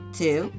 two